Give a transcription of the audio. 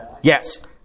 Yes